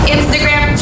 Instagram